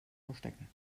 verstecken